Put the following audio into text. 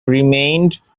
remained